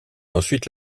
ensuite